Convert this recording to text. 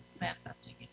manifesting